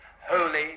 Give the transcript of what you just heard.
Holy